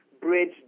bridge